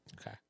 okay